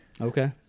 Okay